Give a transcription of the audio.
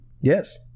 Yes